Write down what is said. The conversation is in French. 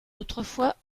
autrefois